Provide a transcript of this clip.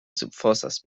subfosas